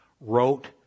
Wrote